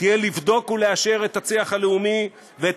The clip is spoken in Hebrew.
תהיה לבדוק ולאשר את הצי"ח הלאומי ואת